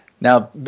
Now